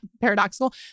paradoxical